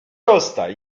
rozstaj